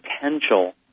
potential